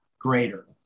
Greater